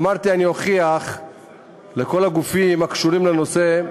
אמרתי: אני אוכיח לכל הגופים הקשורים לנושא,